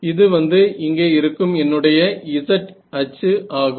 இது வந்து இங்கே இருக்கும் என்னுடைய z அச்சு ஆகும்